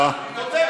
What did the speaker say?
יישוב.